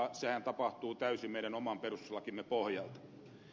sehän tapahtuu täysin meidän oman perustuslakimme pohjalta